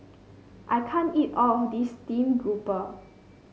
I can't eat all of this stream grouper